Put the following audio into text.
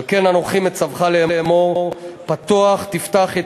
על כן אנֹכי מצוְך לאמֹר פתֹח תפתח את